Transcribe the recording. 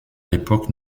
l’époque